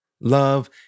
Love